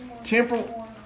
Temporal